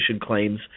claims